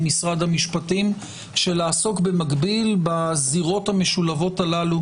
משרד המשפטים של לעסוק במקביל בזירות המשולבות הללו